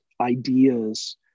ideas